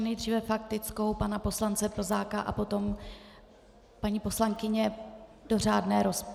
Nejdříve faktickou pana poslance Plzáka a potom paní poslankyně do řádné rozpravy.